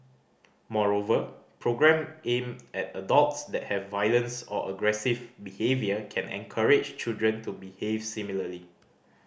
moreover programme aimed at adults that have violence or aggressive behaviour can encourage children to behave similarly